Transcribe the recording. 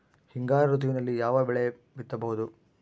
ಹಿಂಗಾರು ಋತುವಿನಲ್ಲಿ ಯಾವ ಯಾವ ಬೆಳೆ ಬಿತ್ತಬಹುದು?